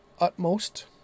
utmost